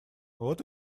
вот